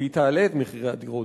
והיא תעלה את מחירי הדירות.